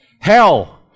Hell